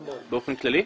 באופן כללי?